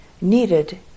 needed